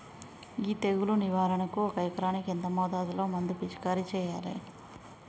ఈ తెగులు నివారణకు ఒక ఎకరానికి ఎంత మోతాదులో మందు పిచికారీ చెయ్యాలే?